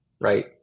right